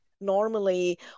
Normally